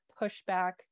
pushback